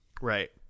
Right